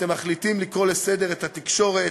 אתם מחליטים לקרוא לסדר את התקשורת